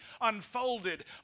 unfolded